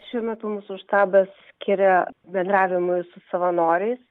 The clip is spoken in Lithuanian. šiuo metu mūsų štabas skiria bendravimui su savanoriais